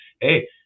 hey